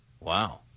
Wow